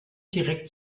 direkt